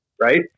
right